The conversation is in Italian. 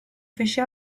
fece